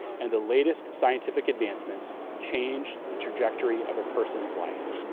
and the latest scientific advancements changed the trajectory of a person's life.